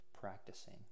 practicing